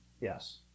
Yes